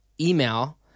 email